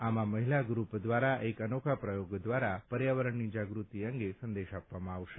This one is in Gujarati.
આમ આ મહિલા ગ્રૂપ દ્વારા એક અનોખા પ્રયોગ દ્વારા પર્યાવરણની જાગ્રતિ અંગે સંદેશ આપવામાં આવશે